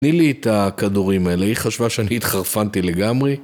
תני לי את הכדורים האלה, היא חשבה שאני התחרפנתי לגמרי